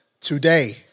today